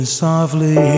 softly